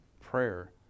prayer